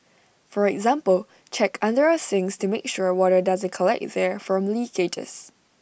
for example check under our sinks to make sure water doesn't collect there from leakages